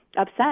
upset